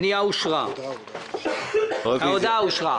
הצבעה בעד ההודעה, רוב ההודעה אושרה.